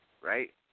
Right